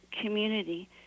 community